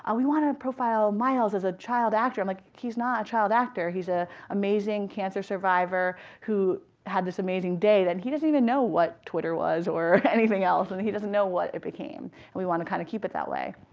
ah we want to profile miles as a child actor. i'm like, he's not child actor. he's an ah amazing cancer survivor who had this amazing day that he doesn't even know what twitter was or anything else, and he doesn't know what it became. and we want to kind of keep it that way.